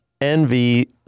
envy